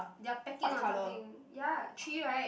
they are pecking on something ya three right